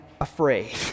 afraid